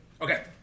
Okay